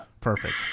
Perfect